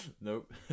Nope